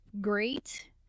great